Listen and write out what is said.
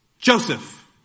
Joseph